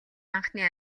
анхны